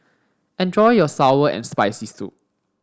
enjoy your sour and spicy soup